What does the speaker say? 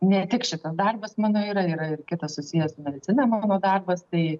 ne tik šitas darbas mano yra ir kitas susijęs medicina mano darbas tai